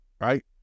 right